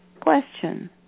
Question